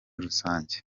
rusange